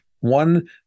One